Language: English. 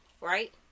right